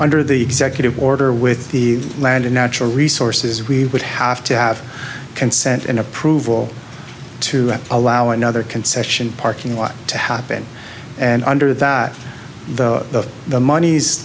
under the executive order with the land and natural resources we would have to have consent in approval to allow another concession parking lot to happen and under that the monies